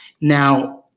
Now